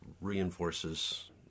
Reinforces